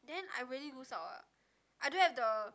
then i really lose out uh I don't have the